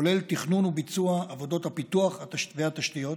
כולל תכנון וביצוע של עבודות הפיתוח והתשתיות,